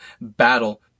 battle